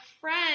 friend